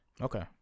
Okay